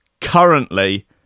currently